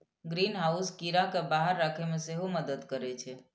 greenhouse कीड़ा कें बाहर राखै मे सेहो मदति करै छै